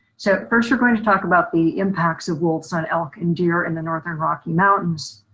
so first, we're gonna talk about the impacts of wolves on elk and deer in the northern rocky mountains.